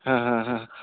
ஆ ஹ ஹ